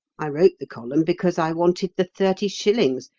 i wrote the column because i wanted the thirty shillings.